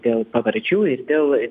dėl pavardžių ir dėl